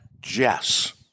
Jess